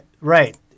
Right